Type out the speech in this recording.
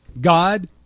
God